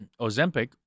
Ozempic